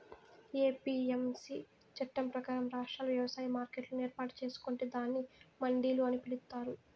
APMC చట్టం ప్రకారం, రాష్ట్రాలు వ్యవసాయ మార్కెట్లను ఏర్పాటు చేసుకొంటే దానిని మండిలు అని పిలుత్తారు